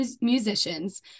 musicians